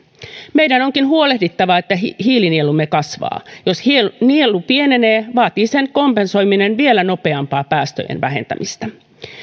meidän onkin huolehdittava että hiilinielumme kasvaa jos nielu pienenee vaatii sen kompensoiminen vielä nopeampaa päästöjen vähentämistä